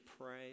pray